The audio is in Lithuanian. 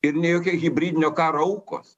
ir ne jokie hibridinio karo aukos